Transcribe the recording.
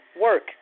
work